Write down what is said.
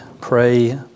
pray